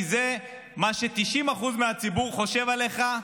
כי זה מה ש-90% מהציבור חושב עליך,